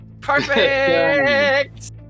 Perfect